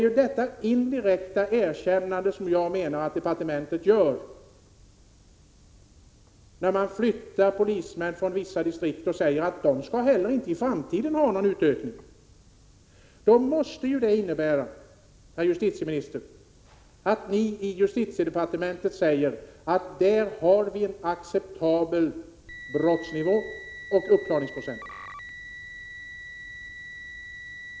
Jag menar alltså att departementet gör ett indirekt erkännande när det flyttar polismän från vissa distrikt och säger att dessa distrikt inte heller i framtiden skall få någon utökning. Detta måste ju innebära, herr justitieminister, att ni i justitiedepartementet menar att det i de ifrågavarande distrikten finns en acceptabel brottsnivå och uppklarningsprocent.